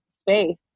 space